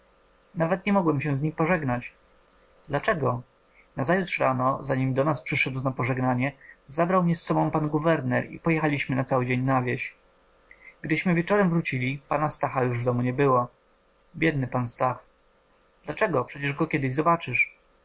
nawet nie mogłem się z nim pożegnać dlaczego nazajutrz rano zanim do nas przyszedł na pożegnanie zabrał mnie z sobą pan guwerner i pojechaliśmy na cały dzień na wieś gdyśmy wieczorem wrócili pana stacha już w domu nie było biedny pan stach dlaczego przecież go kiedyś zobaczysz